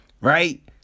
Right